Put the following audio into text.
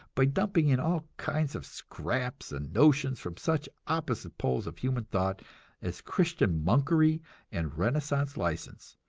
by dumping in all kinds of scraps and notions from such opposite poles of human thought as christian monkery and renaissance license,